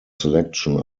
selection